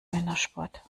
männersport